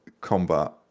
combat